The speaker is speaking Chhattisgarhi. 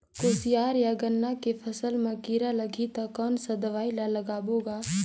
कोशियार या गन्ना के फसल मा कीरा लगही ता कौन सा दवाई ला लगाबो गा?